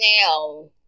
now